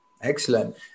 Excellent